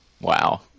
Wow